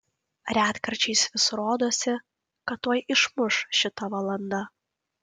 retkarčiais vis rodosi kad tuoj išmuš šita valanda